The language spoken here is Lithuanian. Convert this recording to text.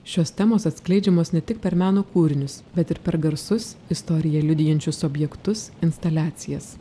šios temos atskleidžiamos ne tik per meno kūrinius bet ir per garsus istoriją liudijančius objektus instaliacijas